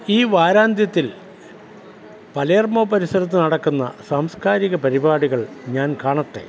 ഈ വാരാന്ത്യത്തിൽ പലേർമോ പരിസരത്ത് നടക്കുന്ന സാംസ്കാരിക പരിപാടികൾ ഞാൻ കാണട്ടെ